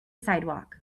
sidewalk